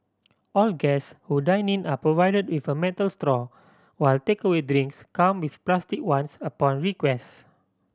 all guests who dine in are provided with a metal straw while takeaway drinks come with plastic ones upon request